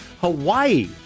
Hawaii